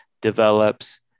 develops